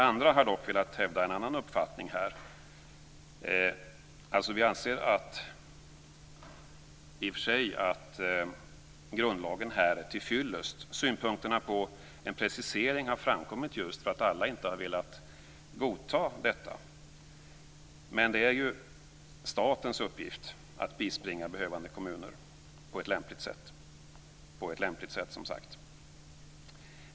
Andra har dock velat hävda en annan uppfattning. Vi anser i och för sig att grundlagen här är till fyllest. Synpunkterna på en precisering har framkommit just därför att alla inte har velat godta detta. Men det är ju statens uppgift att bispringa behövande kommuner på ett lämpligt sätt.